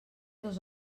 dos